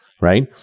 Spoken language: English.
Right